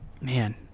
Man